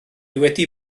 wedi